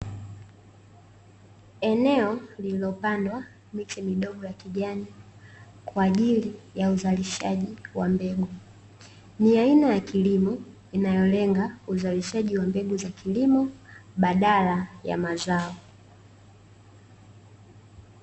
Eneo lililopandwa miche midogo ya kijani kwa ajili ya uzalishaji wa mbegu, ni aina ya kilimo inayolenga uzalishaji wa mbegu za kilimo badala ya mazao.